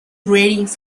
ratings